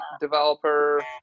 developer